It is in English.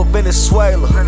Venezuela